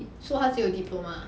so 他只有 diploma